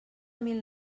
mil